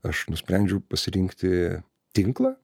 aš nusprendžiau pasirinkti tinklą